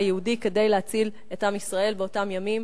היהודי כדי להציל את עם ישראל באותם ימים,